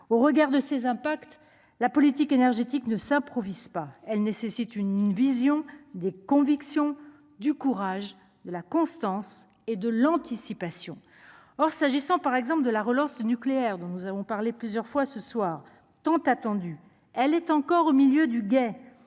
au regard de ses impacts la politique énergétique ne s'improvise pas, elle nécessite une une vision des convictions du courage, de la constance et de l'anticipation, or s'agissant par exemple de la relance nucléaire dont nous avons parlé plusieurs fois ce soir tant attendue, elle est encore au milieu du guet